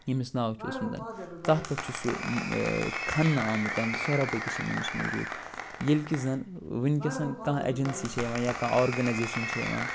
ییٚمِس ناو چھُ اوسمُت تتھ پٮ۪ٹھ چھُ سُہ کھنٛنہٕ آمُت سۄ رۄپَے تہِ چھِ مےٚ نِش موٗجوٗد ییٚلہِ کہِ زن وٕنۍکٮ۪س کانٛہہ اٮ۪جنسی چھےٚ یِوان یا کانٛہہ آرگنیزیشن چھےٚ یِوان